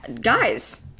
guys